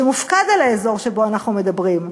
שמופקד על האזור שעליו אנחנו מדברים,